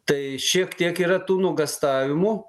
tai šiek tiek yra tų nuogąstavimų